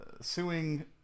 suing